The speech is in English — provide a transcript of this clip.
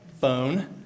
Phone